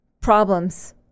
problems